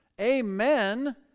Amen